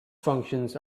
functions